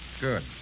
Good